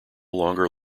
longer